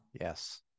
yes